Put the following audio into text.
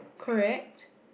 correct